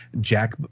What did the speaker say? Jack